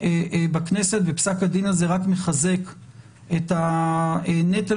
בכנסת ופסק הדין הזה רק מחזק את הנטל